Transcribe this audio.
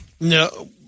no